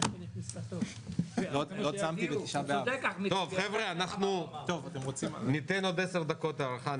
הוא צודק --- טוב, ניתן עוד עשר דקות הארכה.